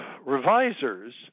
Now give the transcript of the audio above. revisers